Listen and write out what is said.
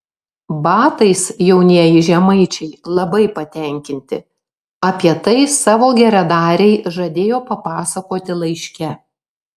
batais jaunieji žemaičiai labai patenkinti apie tai savo geradarei žadėjo papasakoti laiške